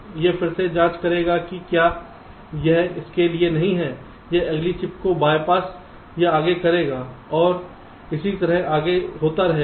यह फिर से जांच करेगा कि क्या यह इसके लिए नहीं है यह अगली चिप को बायपास या आगे करेगा और इसी तरह आगे होता रहेगा